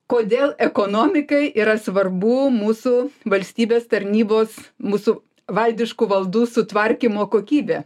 kodėl ekonomikai yra svarbu mūsų valstybės tarnybos mūsų valdiškų valdų sutvarkymo kokybė